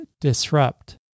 disrupt